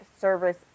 service